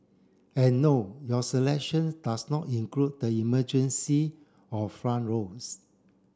and no your selection does not include the emergency or front rows